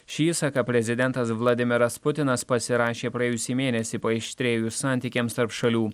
šį įsaką prezidentas vladimiras putinas pasirašė praėjusį mėnesį paaštrėjus santykiams tarp šalių